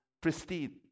pristine